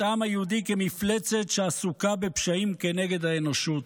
העם היהודי כמפלצת שעסוקה בפשעים כנגד האנושות.